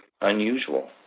unusual